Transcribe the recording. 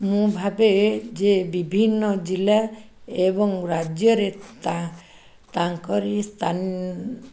ମୁଁ ଭାବେ ଯେ ବିଭିନ୍ନ ଜିଲ୍ଲା ଏବଂ ରାଜ୍ୟରେ ତା' ତାଙ୍କରି ସ୍ଥାନ